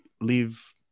leave